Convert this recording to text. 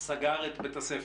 סגר את בית הספר.